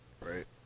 Right